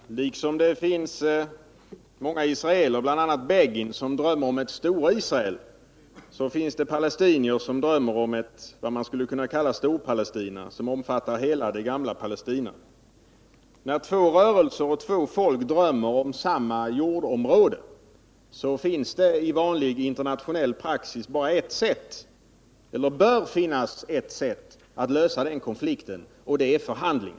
Herr talman! Liksom det finns många israeler, bl.a. Begin, som drömmer om ett Stor-Israel, finns det palestinier som drömmer om vad man skulle kunna kalla ett Stor-Palestina, omfattande hela det gamla Palestina. När två rörelser och två folk drömmer om samma jordområde, finns det i vanlig internationell praxis bara ett sätt, eller bör bara finnas ett sätt, att lösa den konflikten, och det är förhandling.